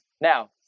Now